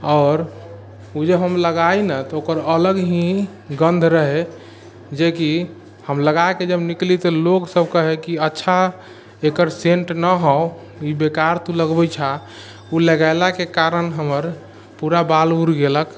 आओर ओ जे हम लगाइ ने तऽ ओकर अलग ही गन्ध रहै जेकि हम लगाके जब निकली तऽ लोग सब कहै कि अच्छा एकर सेन्ट नहि हउ ई बेकार तू लगबै छऽ ओ लगैलाके कारण हमर पूरा बाल उड़ि गेलक